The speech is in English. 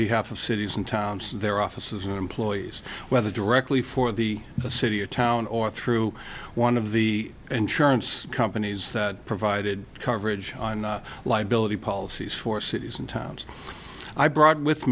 behalf of cities and towns their offices and employees whether directly for the city or town or through one of the insurance companies that provided coverage on liability policies for cities and towns i brought with